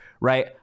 right